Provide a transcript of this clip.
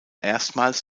erstmals